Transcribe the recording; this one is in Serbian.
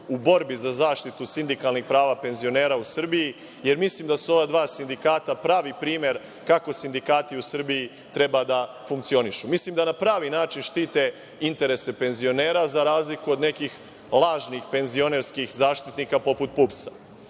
u borbi za zaštitu sindikalnih prava penzionera u Srbiji jer mislim da su ova dva sindikata pravi primer kako se sindikati u Srbiji treba da funkcionišu. Mislim da na pravi način štite interese penzionera, za razliku od nekih lažnih penzionerskih zaštitnika poput